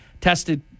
tested